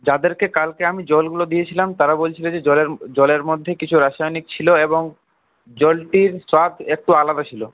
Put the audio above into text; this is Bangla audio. যাদেরকে কালকে আমি জলগুলো দিয়েছিলাম তারা বলছিল যে জলের জলের মধ্যে কিছু রাসায়নিক ছিল এবং জলটির স্বাদ একটু আলাদা ছিল